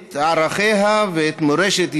את ערכיה ואת מורשת ישראל,